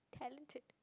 talented